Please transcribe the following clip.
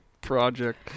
project